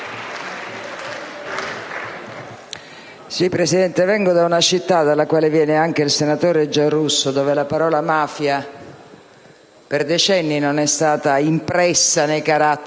Presidente, vengo da una città, dalla quale viene anche il senatore Giarrusso, dove la parola mafia per decenni non è stata impressa nei caratteri